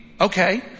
Okay